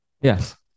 Yes